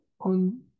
on